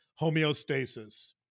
homeostasis